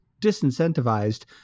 disincentivized